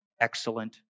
excellent